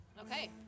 Okay